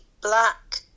black